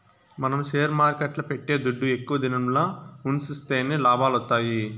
మనం షేర్ మార్కెట్ల పెట్టే దుడ్డు ఎక్కువ దినంల ఉన్సిస్తేనే లాభాలొత్తాయి